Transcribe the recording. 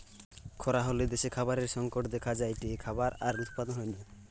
খরা হলে দ্যাশে খাবারের সংকট দেখা যায়টে, খাবার আর উৎপাদন হয়না